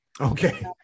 Okay